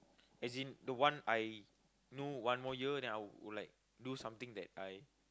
as in the one I know one more year then I would like do something that I